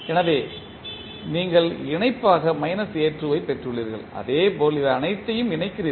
எனவே நீங்கள் இணைப்பாக மைனஸ் ஏ 2 ஐப் பெற்றுள்ளீர்கள் அதேபோல் அவை அனைத்தையும் இணைக்கிறீர்கள்